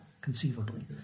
conceivably